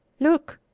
look!